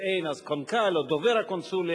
ואיפה שאין אז קונכ"ל או דובר הקונסוליה.